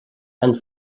and